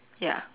ya